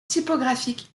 typographique